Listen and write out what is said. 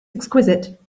exquisite